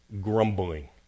grumbling